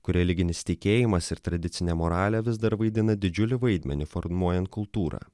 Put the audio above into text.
kur religinis tikėjimas ir tradicinė moralė vis dar vaidina didžiulį vaidmenį formuojant kultūrą